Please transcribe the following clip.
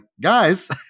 Guys